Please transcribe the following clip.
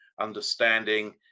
understanding